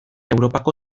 europako